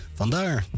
vandaar